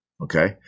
okay